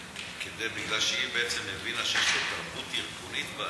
מפני שהיא בעצם הבינה שיש פה טעות ארגונית,